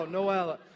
Noella